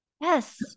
Yes